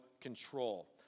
control